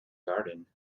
garden